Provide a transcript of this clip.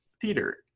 theater